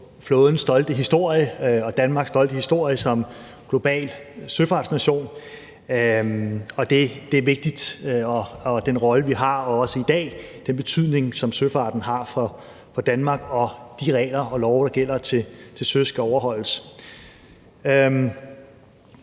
flådens stolte historie og Danmarks stolte historie som global søfartsnation. Og det er vigtigt, altså den rolle, som vi også har i dag, og den betydning, som søfarten har for Danmark. Og de regler og love, der gælder til søs, skal overholdes.